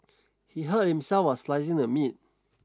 he hurt himself while slicing the meat